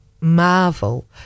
marvel